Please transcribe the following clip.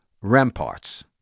Ramparts